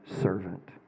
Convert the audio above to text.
servant